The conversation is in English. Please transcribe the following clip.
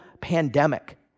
pandemic